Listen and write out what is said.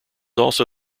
also